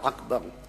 "אללהו אכבר"